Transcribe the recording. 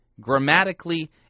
grammatically